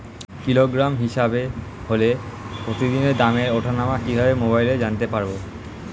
Kilogram হিসাবে হলে প্রতিদিনের দামের ওঠানামা কিভাবে মোবাইলে জানতে পারবো?